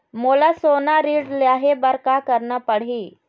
मोला सोना ऋण लहे बर का करना पड़ही?